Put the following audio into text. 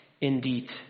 indeed